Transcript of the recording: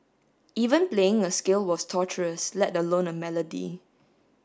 even playing a scale was torturous let alone a melody